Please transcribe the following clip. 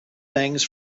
things